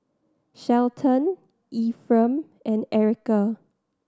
Shelton Efrem and Erika